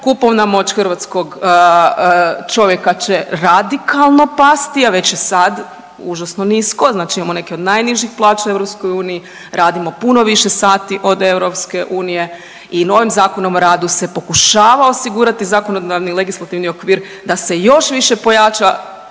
kupovna moć hrvatskog čovjeka će radikalno pasti, a već sad užasno nisko, imamo neke od najnižih plaća u EU, radimo puno više sati od EU i novim Zakonom o radu se pokušava osigurati zakonodavni legislativni okvir da se još više pojača